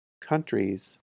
countries